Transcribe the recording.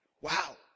Wow